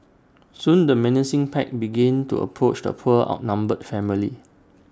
soon the menacing pack began to approach the poor outnumbered family